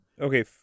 okay